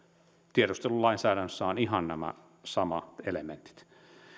tiedustelulainsäädännössä on ihan nämä samat elementit